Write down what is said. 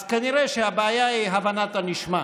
אז כנראה הבעיה היא הבנת הנשמע.